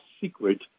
secret